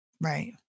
right